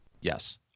Yes